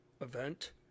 event